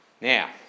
Now